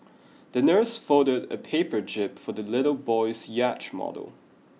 the nurse folded a paper jib for the little boy's yacht model